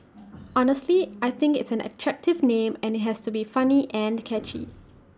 honestly I think it's an attractive name and IT has to be funny and catchy